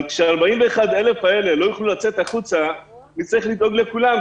אבל כשה-41,000 האלה לא יוכלו לצאת החוצה נצטרך לדאוג לכולם,